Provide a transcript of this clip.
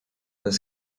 their